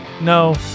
No